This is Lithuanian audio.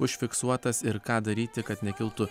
užfiksuotas ir ką daryti kad nekiltų